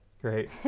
Great